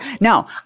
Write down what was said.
Now